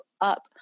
up